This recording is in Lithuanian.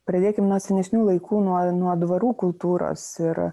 pradėkim nuo senesnių laikų nuo nuo dvarų kultūros ir